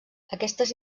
aquestes